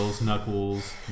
Knuckles